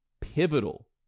pivotal